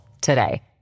today